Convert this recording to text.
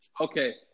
Okay